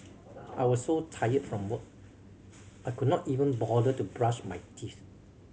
I was so tired from work I could not even bother to brush my teeth